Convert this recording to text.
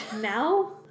Now